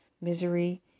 misery